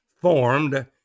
formed